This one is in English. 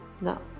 No